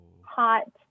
hot